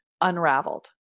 unraveled